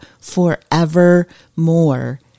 forevermore